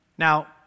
Now